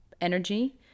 energy